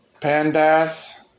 PANDAS